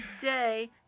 day